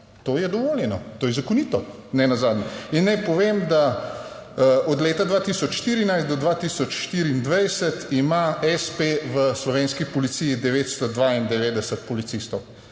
to je dovoljeno, to je zakonito, nenazadnje in naj povem, da od leta 2014 do 2024 ima espe v slovenski policiji 992 policistov.